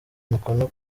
umukono